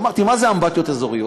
אמרתי: מה זה אמבטיות אזוריות?